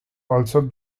also